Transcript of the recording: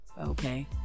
okay